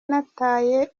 nataye